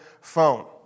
phone